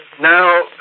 now